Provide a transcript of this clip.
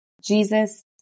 Jesus